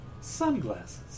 sunglasses